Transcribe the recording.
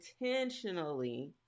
intentionally